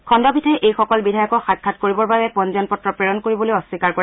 খণ্ডপীঠে এইসকল বিধায়কক সাক্ষাৎ কৰিবৰ বাবে পঞ্জীয়ন পত্ৰ প্ৰেৰণ কৰিবলৈও অস্নীকাৰ কৰে